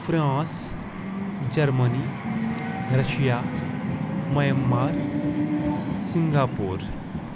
France Germany Russia Myanmar Singapore